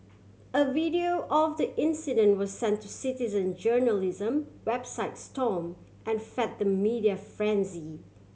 a video of the incident was sent to citizen journalism website stomp and fed the media frenzy